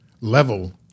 level